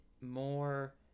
more